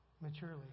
maturely